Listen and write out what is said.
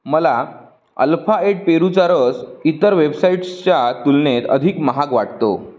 मला alpha eight पेरूचा रस इतर वेबसाईट्सच्या तुलनेत अधिक महाग वाटतो